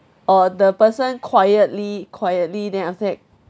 or the person quietly quietly then after that